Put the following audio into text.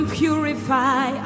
purify